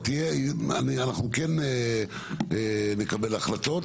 אנחנו כן נקבל החלטות,